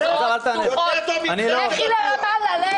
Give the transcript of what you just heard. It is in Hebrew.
בעד הצעת יושב-ראש ועדת חינוך 1 נגד, 10